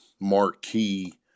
marquee